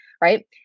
right